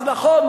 אז נכון,